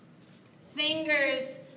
Fingers